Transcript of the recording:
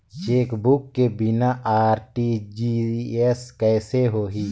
Chequebook के बिना RTGS कइसे होही?